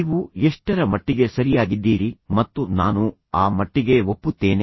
ನೀವು ಎಷ್ಟರ ಮಟ್ಟಿಗೆ ಸರಿಯಾಗಿದ್ದೀರಿ ಮತ್ತು ನಾನು ಆ ಮಟ್ಟಿಗೆ ಒಪ್ಪುತ್ತೇನೆ ಆದರೆ ದಯವಿಟ್ಟು ಅದನ್ನು ಅರ್ಥಮಾಡಿಕೊಳ್ಳಿ